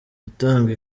gutanga